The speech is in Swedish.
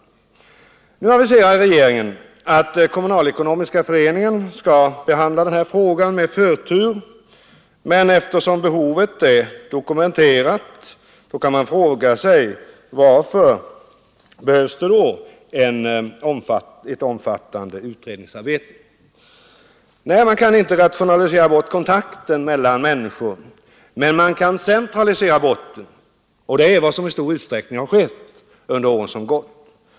Nu aviserar regeringen att kommunalekonomiska utredningen skall behandla den här frågan med förtur, men eftersom behovet är dokumenterat kan man fråga sig varför det behövs ett omfattande utredningsarbete. Nej, man kan inte rationalisera bort kontakten mellan människor. Men man kan centralisera bort den, och det är vad som i stor utsträckning har skett under de år som gått.